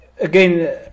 again